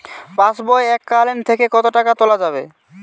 পাশবই এককালীন থেকে কত টাকা তোলা যাবে?